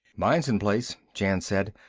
mine's in place, jan said.